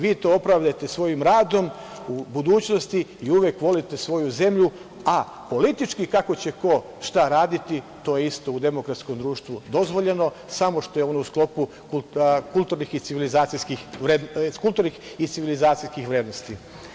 Vi to opravdajte svojim radom u budućnosti i uvek volite svoju zemlju, a politički kako će ko šta raditi, to isto u demokratskom društvu je dozvoljeno, samo što je ono u sklopu kulturnih i civilizacijskih vrednosti.